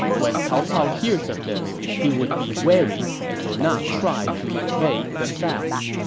when cao cao hears of this, he would be wary and will not try to invade the south.